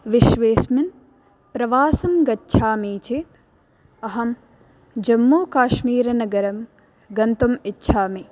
विश्वेस्मिन् प्रवासं गच्छामि चेत् अहं जम्मूकाश्मीरनगरं गन्तुम् इच्छामि